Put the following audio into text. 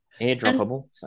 airdroppable